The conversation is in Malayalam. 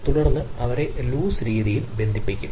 തുടർന്ന് അവരെ ലൂസ് രീതിയിൽ ബന്ധിപ്പിക്കും